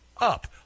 up